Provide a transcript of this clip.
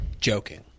joking